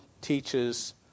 teaches